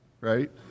right